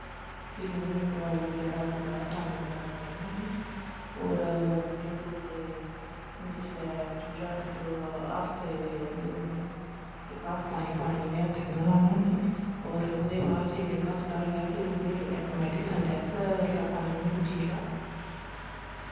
फिर उ'नेंगी दवाई बगैरा गुड़ आह्ला पानी बगैरा पलैनें होन्ने होर केह् बोलदे जिसलै चूचा मतलव हफ्ते मतलव इक हफ्ता पानी अस हत्थें कन्नै लान्नें होनें और ओह्दे बाद जिसलै इक हफ्ता होई जा फिर उनेंगी आटोमैंटिक सन्टैक्स दा पानी उ'नेंगी पुज्जी जंदा